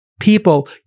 people